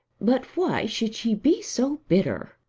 but why should she be so bitter?